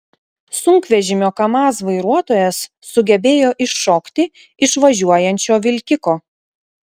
sunkvežimio kamaz vairuotojas sugebėjo iššokti iš važiuojančio vilkiko